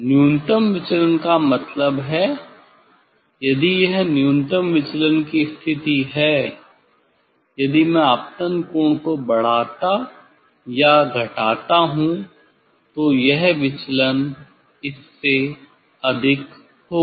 न्यूनतम विचलन का मतलब है यदि यह न्यूनतम विचलन की स्थिति है यदि मैं आपतन कोण को बढ़ाता या घटाता हूं तो यह विचलन इस से अधिक होगा